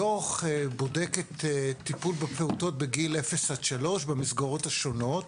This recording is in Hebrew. הדוח בודק בגיל 0-3 במסגרות השונות,